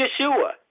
Yeshua